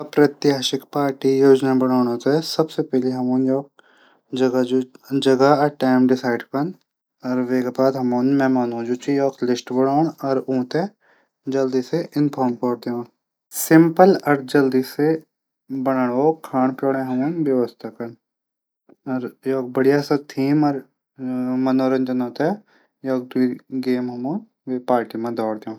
अप्रत्याशित पार्टी योजना बणाणु थै हमन जगह टैम डिसाडिड कन वेक बाद हमन मेहमानों लिस्ट बणाण ऊथै जल्दी से इंनफोम कैरी दीण सिंपल और जल्दी से बणाण वोलू व्यवस्था कन। कि बढिया सी थीम मनोरंजन गेम पार्टी मा धोरी दीण